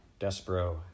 Despero